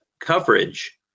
coverage